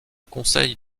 conseil